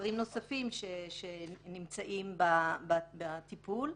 ודברים נוספים שנמצאים בטיפול.